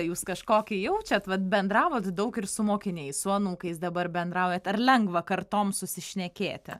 jūs kažkokį jaučiat vat bendravot daug ir su mokiniais su anūkais dabar bendraujat ar lengva kartoms susišnekėti